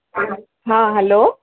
हा हैलो